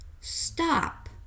stop